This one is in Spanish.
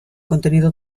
contenido